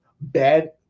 bad